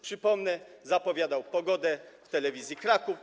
Przypomnę, że zapowiadał pogodę w telewizji Kraków.